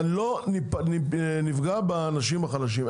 לא נפגע באנשים החלשים.